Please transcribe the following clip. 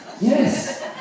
Yes